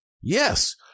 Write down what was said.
yes